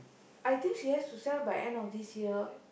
I think she has to sell by end of this year